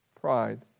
pride